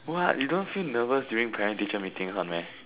what you don't feel nervous during parent teacher meeting one meh